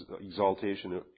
exaltation